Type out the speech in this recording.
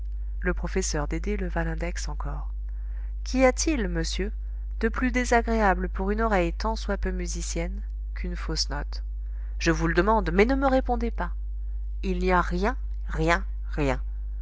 le professeur dédé leva l'index encore qu'y a-t-il monsieur de plus désagréable pour une oreille tant soit peu musicienne qu'une fausse note je vous le demande mais ne me répondez pas il n'y a rien rien rien